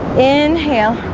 inhale